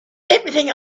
everything